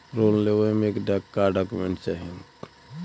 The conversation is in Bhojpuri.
लोन लेवे मे का डॉक्यूमेंट चाही?